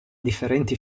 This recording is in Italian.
differenti